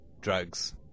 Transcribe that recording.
drugs